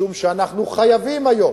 משום שאנחנו חייבים היום,